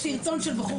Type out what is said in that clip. יש סרטון של בחור